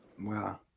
Wow